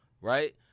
right